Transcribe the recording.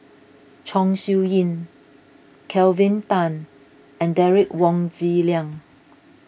Chong Siew Ying Kelvin Tan and Derek Wong Zi Liang